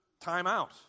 timeout